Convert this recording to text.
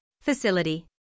facility